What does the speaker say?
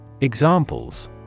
Examples